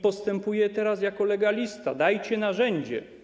Postępuję teraz jako legalista: dajcie narzędzie.